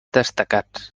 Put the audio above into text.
destacats